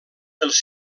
els